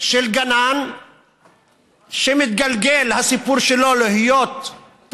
של גנן שמתגלגל, הסיפור שלו, להיות פוליטיקאי,